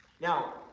Now